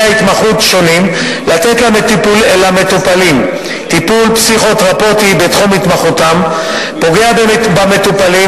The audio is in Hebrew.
התמחות שונים לתת למטופלים טיפול פסיכותרפויטי בתחום התמחותם פוגע במטופלים